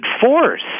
force